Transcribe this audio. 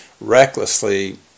recklessly